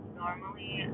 normally